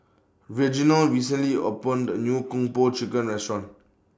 Reginal recently opened A New Kung Po Chicken Restaurant